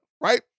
right